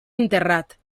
enterrat